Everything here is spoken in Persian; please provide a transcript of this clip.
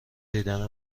دیدن